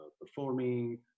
performing